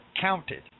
counted